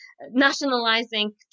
nationalizing